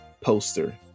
poster